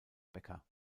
becker